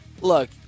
Look